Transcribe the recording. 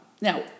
Now